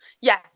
yes